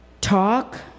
talk